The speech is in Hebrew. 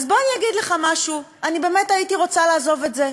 אז בוא אגיד לך משהו: באמת הייתי רוצה לעזוב את זה.